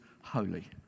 holy